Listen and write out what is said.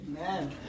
Amen